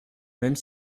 même